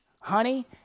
honey